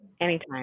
Anytime